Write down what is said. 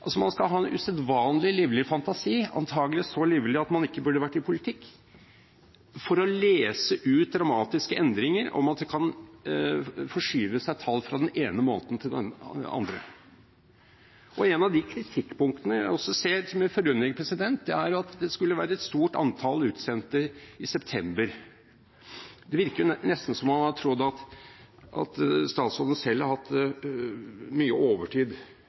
burde vært i politikken – for å lese, ut fra dette, dramatiske endringer om at det kan forskyve seg tall fra den ene måneden til den andre. Og et av de kritikkpunktene jeg også til min forundring ser, er at det skulle være et stort antall utsendte i september. Det virker nesten som om man har trodd at statsråden selv har hatt mye overtid